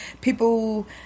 people